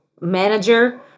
manager